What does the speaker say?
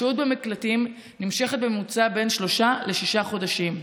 השהות במקלטים נמשכת בממוצע בין שלושה לשישה חודשים.